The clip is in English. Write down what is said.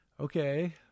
okay